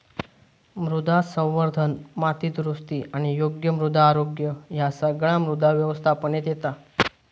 मृदा संवर्धन, माती दुरुस्ती आणि योग्य मृदा आरोग्य ह्या सगळा मृदा व्यवस्थापनेत येता